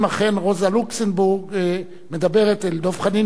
אם אכן רוזה לוקסמבורג מדברת אל דב חנין